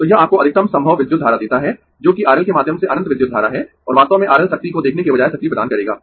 तो यह आपको अधिकतम संभव विद्युत धारा देता है जो कि R L के माध्यम से अनंत विद्युत धारा है और वास्तव में R L शक्ति को देखने के बजाय शक्ति प्रदान करेगा